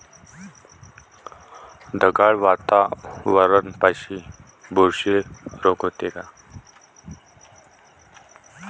ढगाळ वातावरनापाई बुरशी रोग येते का?